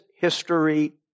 history